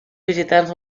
visitants